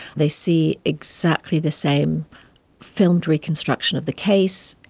they see exactly the same filmed reconstruction of the case,